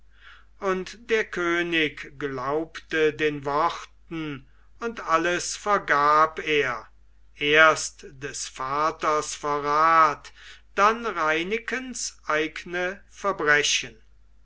und der könig glaubte den worten und alles vergab er erst des vaters verrat dann reinekens eigne verbrechen